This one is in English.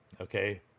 Okay